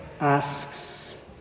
asks